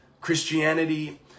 Christianity